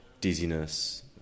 dizziness